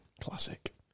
Classic